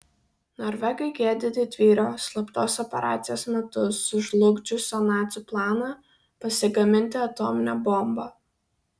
norvegai gedi didvyrio slaptos operacijos metu sužlugdžiusio nacių planą pasigaminti atominę bombą